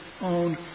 own